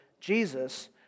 Jesus